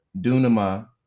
Dunama